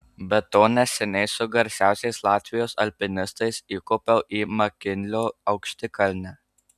be to neseniai su garsiausiais latvijos alpinistais įkopiau į makinlio aukštikalnę